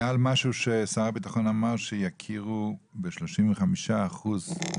היה משהו ששר הביטחון אמר שיכירו ב-35% נכות.